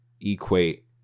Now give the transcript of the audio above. equate